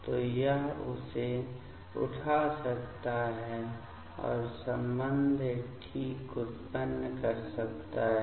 तो यह इसे उठा सकता है और संबंधित ठीक उत्पन्न कर सकता है